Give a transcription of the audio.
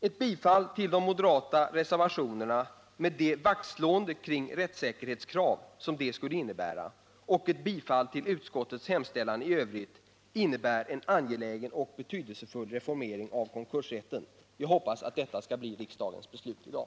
Ett bifall till de moderata reservationerna, med det vaktslående kring rättssäkerhetskrav som detta skulle innebära, och ett bifall till utskottets hemställan i övrigt innebär en angelägen och betydelsefull reformering av konkursrätten. Jag hoppas att detta skall bli riksdagens beslut i dag.